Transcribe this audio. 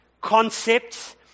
concepts